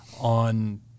on